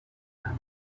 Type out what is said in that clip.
همش